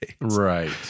right